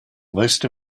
most